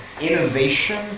innovation